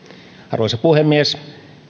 arvoisa puhemies